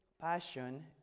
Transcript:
passion